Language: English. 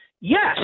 Yes